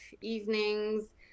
evenings